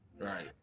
Right